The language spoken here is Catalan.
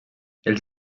els